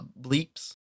bleeps